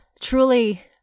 truly